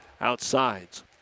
outsides